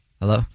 Hello